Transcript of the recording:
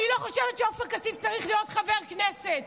אני לא חושבת שעופר כסיף צריך להיות חבר כנסת.